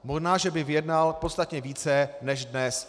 Možná že by vyjednal podstatně více než dnes.